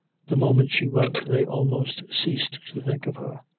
the moment she went they almost ceased to think of her.